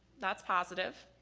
that's positive.